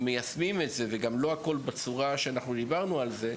וגם לא הכל בצורה שאנחנו דיברנו על זה,